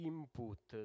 Input